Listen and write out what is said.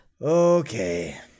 Okay